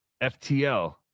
ftl